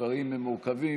הדברים הם מורכבים.